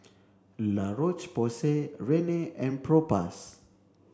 La Roche Porsay Rene and Propass